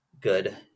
good